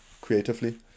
creatively